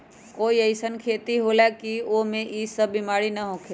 कोई अईसन खेती होला की वो में ई सब बीमारी न होखे?